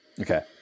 Okay